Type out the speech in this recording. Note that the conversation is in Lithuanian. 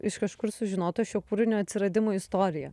iš kažkur sužinotą šio kūrinio atsiradimo istoriją